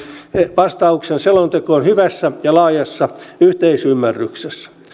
vastauksen selontekoon hyvässä ja laajassa yhteisymmärryksessä